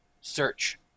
search